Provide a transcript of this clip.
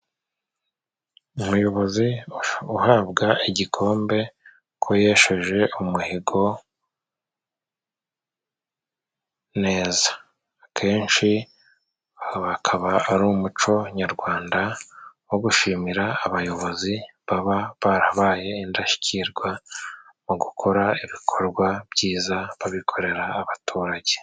Umuyobozi uhabwa igikombe ko yesheje umuhigo neza. Akenshi akaba ari umuco nyarwanda wo gushimira abayobozi baba barabaye indashyikirwa mu gukora ibikorwa byiza babikorera abaturage.